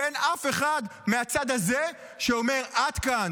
ואין אף אחד מהצד הזה שאומר: עד כאן,